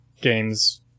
games